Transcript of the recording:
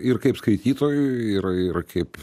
ir kaip skaitytojui ir ir kaip